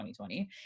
2020